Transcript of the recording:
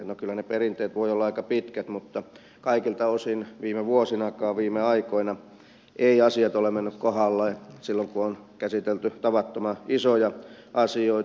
no kyllä ne perinteet voivat olla aika pitkät mutta kaikilta osin viime vuosinakaan viime aikoina eivät asiat ole menneet kohdalleen silloin kun on käsitelty tavattoman isoja asioita